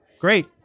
great